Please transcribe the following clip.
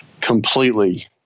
completely